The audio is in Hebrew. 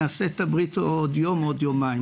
נעשה את הברית בעוד יום או יומיים.